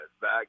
back